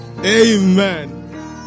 Amen